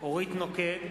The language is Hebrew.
אורית נוקד,